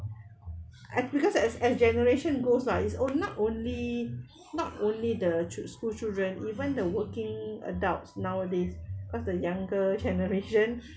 at because as as generation grows lah is or not only not only the chil~ school children even the working adults nowadays cause the younger generation